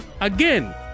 Again